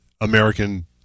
American